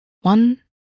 One